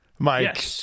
Mike